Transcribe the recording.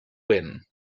vent